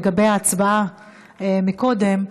לגבי ההצבעה מקודם,